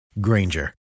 Granger